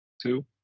Two